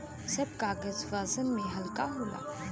सब कागज वजन में हल्का होला